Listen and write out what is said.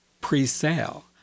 pre-sale